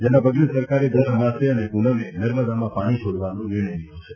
જેના પગલે સરકારે દર અમાસે અને પ્રનમે નર્મદામાં પાણી છોડવાનો નિર્ણય લીધો છે